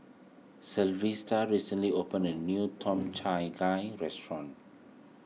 Sylvester recently opened a new Tom Gai restaurant